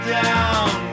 down